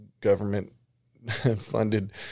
government-funded